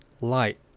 light